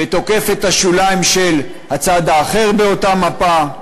ותוקף את השוליים של הצד האחר באותה מפה.